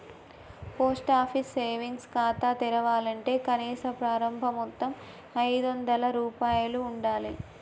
post office savings ఖాతా తెరవాలంటే కనీస ప్రారంభ మొత్తం ఐదొందల రూపాయలు ఉండాలె